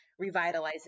revitalizes